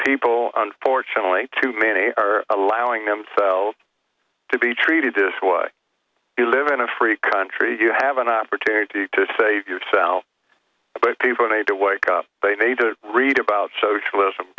people unfortunately too many are allowing themselves to be treated this way you live in a free country you have an opportunity to save yourself but people need to wake up they need to read about socialism